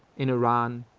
in iran,